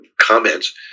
comments